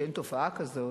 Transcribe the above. שאין תופעה כזאת,